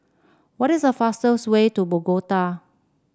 what is the fastest way to Bogota